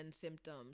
symptoms